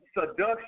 seduction